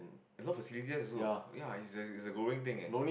a lot facilities there also ya it's a it's a growing thing leh